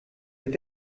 with